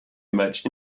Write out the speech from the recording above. much